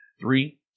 Three